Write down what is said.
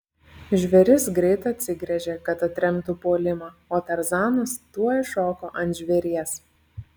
žvėris greit atsigręžė kad atremtų puolimą o tarzanas tuoj šoko ant žvėries